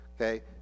Okay